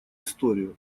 историю